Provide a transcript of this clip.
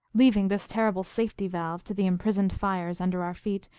leaving this terrible safety-valve to the imprisoned fires under our feet,